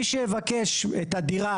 מי שיבקש את הדירה,